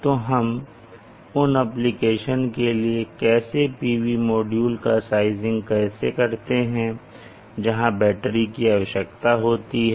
तो हम उन एप्लीकेशन के लिए कैसे PV मॉड्यूल का साइजिंग कैसे करते हैं जहां बैटरी की आवश्यकता होती है